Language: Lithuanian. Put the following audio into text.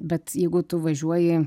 bet jeigu tu važiuoji